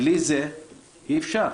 בלי זה אי אפשר.